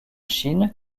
chine